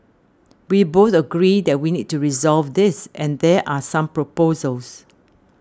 we both agree that we need to resolve this and there are some proposals